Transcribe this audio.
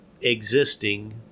existing